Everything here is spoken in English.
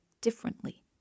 differently